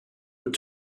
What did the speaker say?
with